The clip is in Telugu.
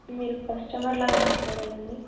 మీరు కస్టమర్లాగా మాట్లాడాలా అండి